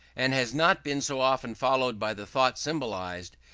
and has not been so often followed by the thought symbolized,